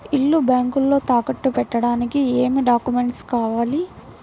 ఇల్లు బ్యాంకులో తాకట్టు పెట్టడానికి ఏమి డాక్యూమెంట్స్ కావాలి?